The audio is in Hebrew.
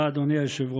תודה, אדוני היושב-ראש.